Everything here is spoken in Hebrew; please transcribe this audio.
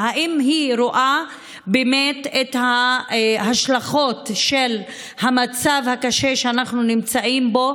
והאם היא רואה באמת את ההשלכות של המצב הקשה שאנחנו נמצאים בו